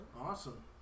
Awesome